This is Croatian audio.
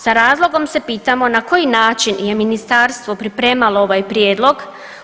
Sa razlogom se pitamo na koji način je ministarstvo pripremalo ovaj prijedlog.